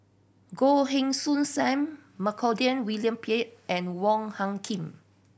Goh Heng Soon Sam Montague William Pett and Wong Hung Khim